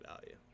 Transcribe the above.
value